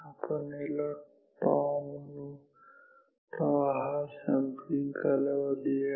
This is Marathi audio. आपण याला τ म्हणू τ हा सॅम्पलिंग कालावधी आहे